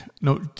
No